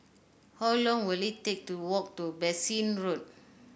how long will it take to walk to Bassein Road